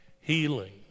Healing